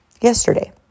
yesterday